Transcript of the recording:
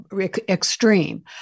extreme